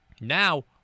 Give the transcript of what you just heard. Now